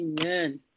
Amen